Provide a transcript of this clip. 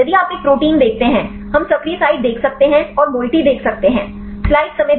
यदि आप एक प्रोटीन देखते हैं हम सक्रिय साइट देख सकते हैं और मोईएटी देख सकते हैं